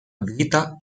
vita